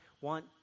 want